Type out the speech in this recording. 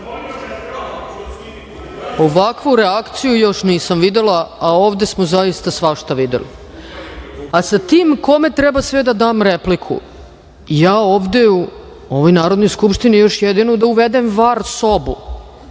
Ovakvu reakciju još nisam videla, a ovde smo zaista svašta videli. Sa tim kome treba sve da dam repliku, ja ovde u ovoj Narodnoj skupštini još jedino da uvedem var sobu